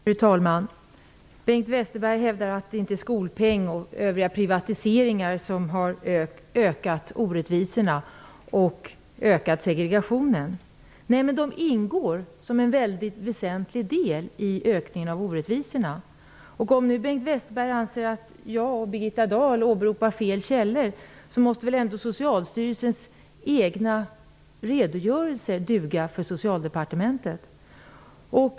Fru talman! Bengt Westerberg hävdar att det inte är skolpeng och övriga privatiseringar som har ökat orättvisorna och ökat segregationen. Nej, men dessa åtgärder ingår som mycket väsentliga delar i ökningen av orättvisorna. Om nu Bengt Westerberg anser att jag och Birgitta Dahl åberopar fel källor, måste väl ändå Socialstyrelsens egna redogörelser duga för Socialdepartementet.